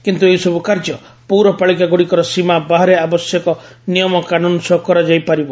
କିନ୍ତୁ ଏହିସବୁ କାର୍ଯ୍ୟ ପୌରପାଳିକାଗୁଡ଼ିକର ସୀମା ବାହାରେ ଆବଶ୍ୟକ ନିୟମକାନୁନ ସହ କରାଯାଇ ପାରିବ